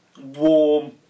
warm